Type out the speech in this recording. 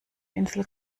insel